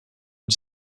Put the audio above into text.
une